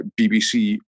BBC